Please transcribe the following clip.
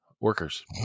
workers